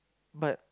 but